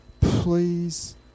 please